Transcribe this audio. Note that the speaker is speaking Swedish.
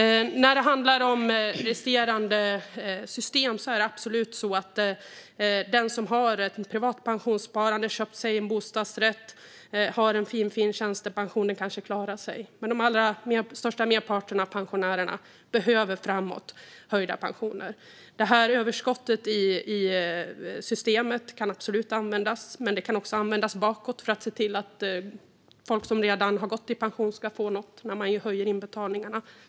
När det handlar om resterande system är det absolut så att den som har ett privat pensionssparande, som har köpt sig en bostadsrätt och som har en finfin tjänstepension kanske klarar sig. Men den stora merparten av pensionärerna behöver framåt höjda pensioner. Överskottet i systemet kan absolut användas, men det kan också användas bakåt för att se till att folk som redan har gått i pension ska få något när man höjer inbetalningarna.